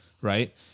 right